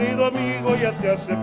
yeah club nouveau yep, that's